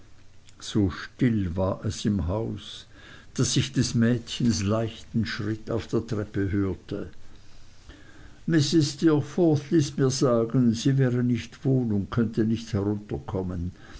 so still war es im haus daß ich des mädchens leichten schritt auf der treppe hörte mrs steerforth ließ mir sagen sie wäre nicht wohl und könnte nicht herunterkommen